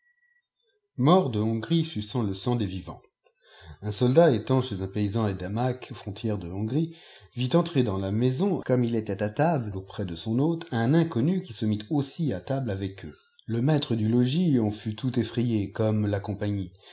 morts de hongrie suçant le sang des vivants un soldat étant chez un paysan haidamaque frontière de hoih grie vit entrer dans la maison comme il était à table auprès de sod hôte un inconnu qui se mit aussi à table avec eux le mattre du logis en fut tout effrayé comme la compagnie